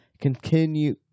continue